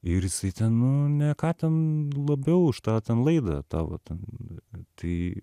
ir jisai ten nu ne ką ten labiau už tą ten laidą tavo ten tai